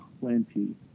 plenty